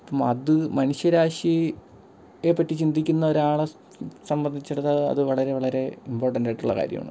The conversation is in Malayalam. അപ്പം അതു മനുഷ്യരാശിയെ പറ്റി ചിന്തിക്കുന്ന ഒരാളെ സംബന്ധിച്ചിടത്ത് അത് അത് വളരെ വളരെ ഇംപോർട്ടൻറ്റായിട്ടുള്ള കാര്യമാണ്